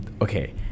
Okay